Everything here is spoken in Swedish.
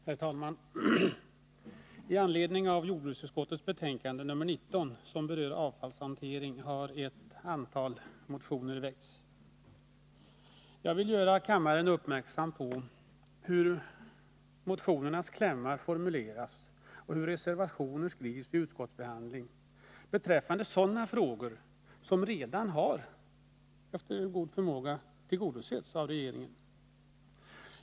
Herr talman! I anledning av jordbruksutskottets betänkande nr 19, som berör avfallshanteringen, har ett antal motioner väckts. Jag vill göra kammaren uppmärksam på hur motionernas klämmar formulerats och hur reservationer skrivits vid utskottsbehandlingen beträffande sådana frågor som redan efter god förmåga har tillgodosetts av regeringen.